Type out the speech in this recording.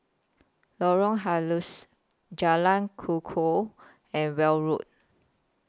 Lorong Halus Jalan Kukoh and Welm Road